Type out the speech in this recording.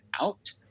out